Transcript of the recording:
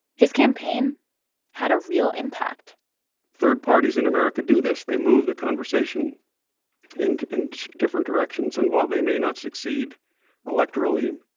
his campaign had a real impact third parties in america do this they move the conversation in and different directions. and while they may not succeed electorally,